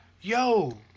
yo